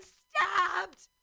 stabbed